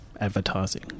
advertising